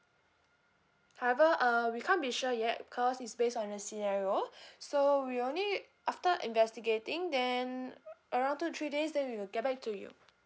however uh we can't be sure yet cause is based on a scenario so we only after investigating then around two to three days then we will get back to you